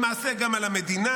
למעשה גם על המדינה.